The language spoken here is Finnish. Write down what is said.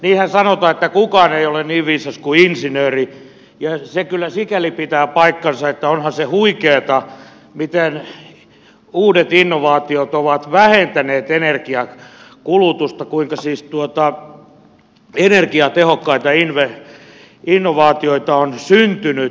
niinhän sanotaan että kukaan ei ole niin viisas kuin insinööri ja se kyllä sikäli pitää paikkansa että onhan se huikeata miten uudet innovaatiot ovat vähentäneet energiankulutusta kuinka siis energiatehokkaita innovaatioita on syntynyt